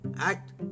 act